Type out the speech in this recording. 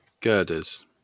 Girders